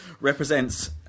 represents